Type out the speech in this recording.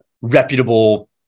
reputable